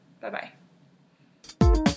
Bye-bye